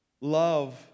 Love